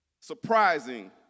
surprising